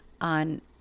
on